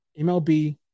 MLB